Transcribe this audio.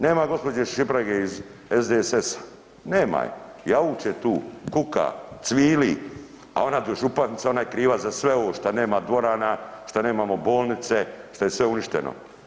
Nema gospođe Šiprage iz SDSS-a, nema je, jauče tu, kuka, cvili, a onda dožupanica ona je kriva za sve ovo što nema dvorana, što nemamo bolnice što je sve uništeno.